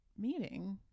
meeting